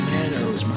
Meadows